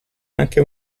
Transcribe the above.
anche